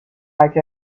like